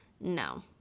No